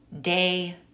day